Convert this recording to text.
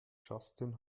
justin